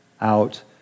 out